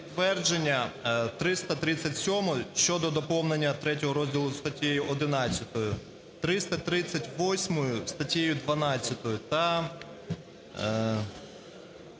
підтвердження 337-у щодо доповнення ІІІ розділу статтею 11; 338-у – статтею 12 та